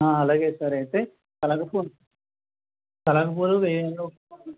అలాగే సార్ అయితే కలర్ పూలు కలర్ పూలు వెయ్యి